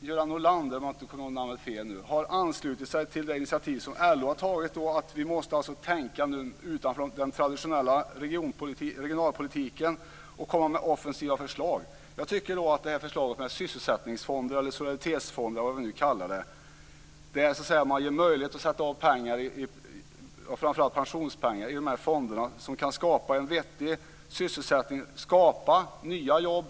Göran Norlander har anslutit sig till det initiativ som LO har tagit. Det innebär alltså att vi måste tänka utanför den traditionella regionalpolitiken och komma med offensiva förslag. Förslaget om att ge möjlighet att sätta av pengar till sysselsättningsfonder eller solidaritetsfonder, framför allt pensionspengar, kan skapa en vettig sysselsättning och nya jobb.